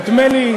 נדמה לי,